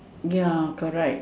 ya correct